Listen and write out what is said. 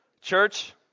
Church